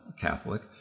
Catholic